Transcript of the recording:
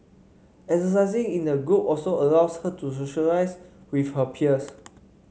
exercising in a group also allows her to socialise with her peers